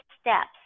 steps